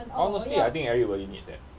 honestly I think everybody needs that